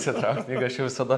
išsitraukt knygą aš jau visada